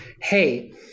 hey